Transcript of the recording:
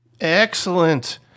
excellent